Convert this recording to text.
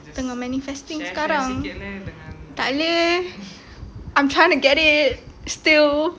tengah manifesting sekarang tak boleh I'm trying to get it still